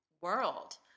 world